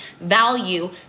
value